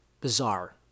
bizarre